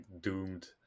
doomed